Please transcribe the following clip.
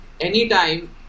anytime